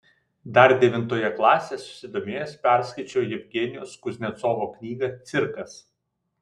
dar devintoje klasėje susidomėjęs perskaičiau jevgenijaus kuznecovo knygą cirkas